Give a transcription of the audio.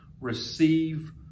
receive